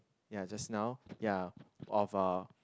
ya just now ya of a